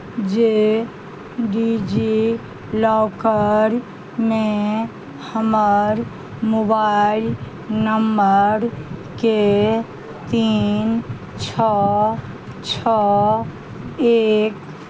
जे डिजीलॉकरमे हमर मोबाइल नम्बरके तीन छओ छओ एक